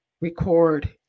record